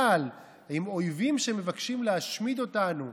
אבל עם אויבים שמבקשים להשמיד אותנו,